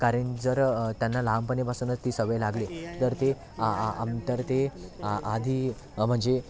कारण जर त्यांना लहानपणापासूनच ती सवय लागली तर ती आं आं तर ती आधी म्हणजे